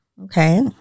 okay